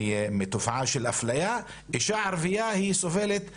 מתופעה של אפליה, אישה ערביה סובלת כפול,